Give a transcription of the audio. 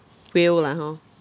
will lah hor